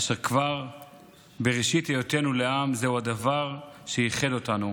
אשר כבר בראשית היותנו לעם זהו הדבר שייחד אותנו,